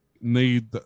need